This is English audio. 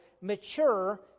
mature